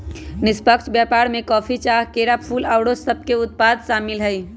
निष्पक्ष व्यापार में कॉफी, चाह, केरा, फूल, फल आउरो सभके उत्पाद सामिल हइ